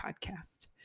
podcast